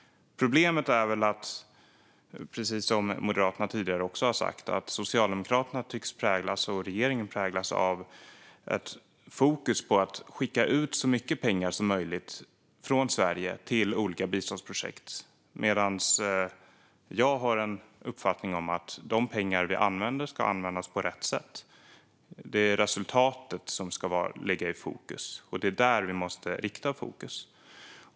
Problemet är, som Moderaterna också sagt, att Socialdemokraternas och regeringens fokus tycks vara att skicka ut så mycket pengar som möjligt från Sverige till olika biståndsprojekt. Min uppfattning är i stället att de pengar vi använder ska användas på rätt sätt. Det är resultatet som ska stå i fokus, och det är på det vi måste rikta fokus.